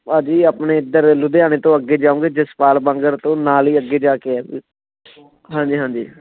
ਭਾਅ ਜੀ ਆਪਣੇ ਇੱਧਰ ਲੁਧਿਆਣੇ ਤੋਂ ਅੱਗੇ ਜਾਉਂਗੇ ਜਸਪਾਲ ਬਾਂਗਰ ਤੋਂ ਨਾਲ਼ ਹੀ ਅੱਗੇ ਜਾ ਕੇ ਹੈ ਹਾਂਜੀ ਹਾਂਜੀ